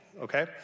okay